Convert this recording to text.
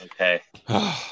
okay